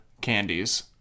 candies